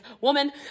woman